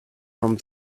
from